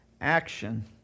action